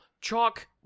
Chalk